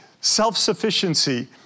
Self-sufficiency